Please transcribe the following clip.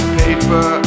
paper